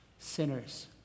sinners